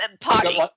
Party